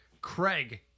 craig